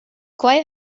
quai